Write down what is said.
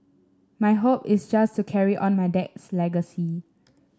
my hope is just to carry on my dad's legacy